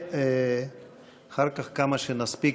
ואחר כך כמה שנספיק,